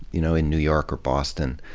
you know, in new york or boston,